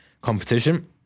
competition